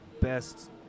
best